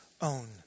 own